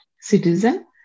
citizen